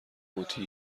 قوطی